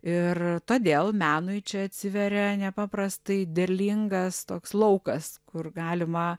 ir todėl menui čia atsiveria nepaprastai derlingas toks laukas kur galima